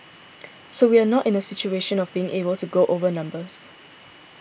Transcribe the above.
so we are not in a situation of being able to go over numbers